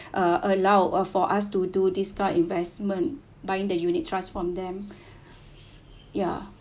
uh allowed for us to do this kind of investment buying the unit trust from them ya